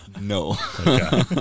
No